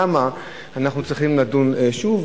למה אנחנו צריכים לדון שוב,